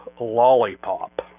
Lollipop